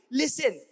listen